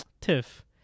Tiff